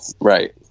Right